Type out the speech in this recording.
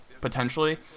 potentially